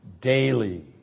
daily